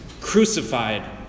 crucified